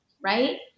right